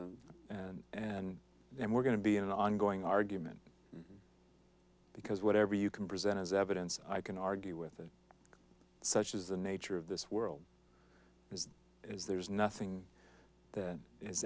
the and and and we're going to be an ongoing argument because whatever you can present as evidence i can argue with it such is the nature of this world is there is nothing that is